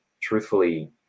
truthfully